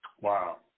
Wow